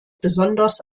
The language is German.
besonders